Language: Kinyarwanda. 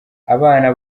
abana